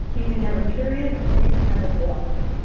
you can have a period or you can have a walker.